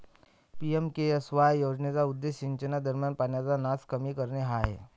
PMKSY योजनेचा उद्देश सिंचनादरम्यान पाण्याचा नास कमी करणे हा आहे